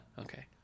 Okay